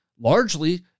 largely